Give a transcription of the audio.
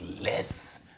less